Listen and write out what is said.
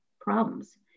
problems